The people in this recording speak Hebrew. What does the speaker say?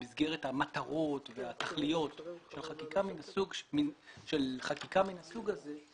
המטרות והתכליות של חקיקה מן הסוג הזה,